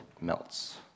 melts